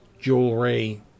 Jewelry